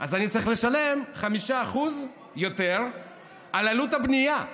אז אני צריך לשלם 5% יותר על עלות הבנייה.